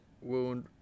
wound